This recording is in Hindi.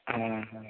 हाँ हाँ